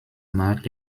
marque